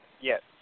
Yes